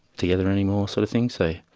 together anymore sort of thing, so